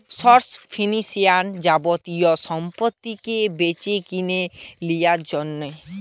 short finance যাবতীয় সম্পত্তিকে বেচেকিনে লিয়ার জন্যে